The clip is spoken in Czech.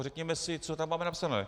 Řekněme si, co tam máme napsané.